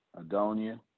Adonia